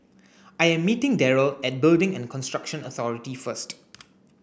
I am meeting Darryle at Building and Construction Authority first